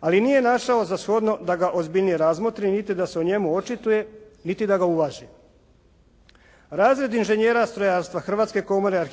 ali nije našao za shodno da ga ozbiljnije razmotrim, vidite da se o njemu očituje, niti da ga uvaži. Razred inženjera strojarstva Hrvatske komore